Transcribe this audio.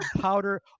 powder